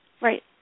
right